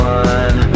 one